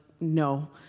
no